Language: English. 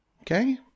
okay